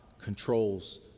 controls